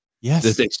Yes